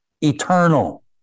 eternal